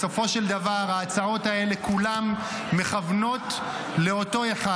בסופו של דבר ההצעות האלה כולן מכוונות לאותו אחד,